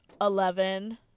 Eleven